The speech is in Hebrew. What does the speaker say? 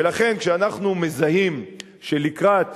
ולכן, כשאנחנו מזהים שלקראת